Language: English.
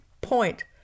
point